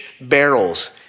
barrels